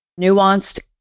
nuanced